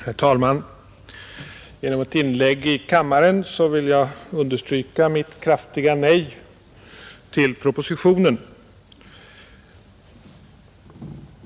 Herr talman! Genom ett inlägg i kammaren vill jag understryka mitt kraftiga nej till propositionen.